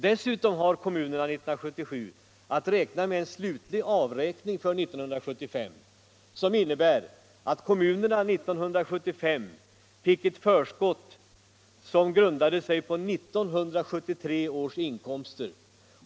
Dessutom har kommunerna 1977 att räkna med en slutlig avräkning för 1975; det året fick kommunerna ett förskott som grundade sig på 1973 års inkomster.